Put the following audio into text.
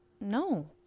no